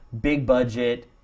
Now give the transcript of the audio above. big-budget